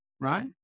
right